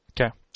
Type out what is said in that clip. Okay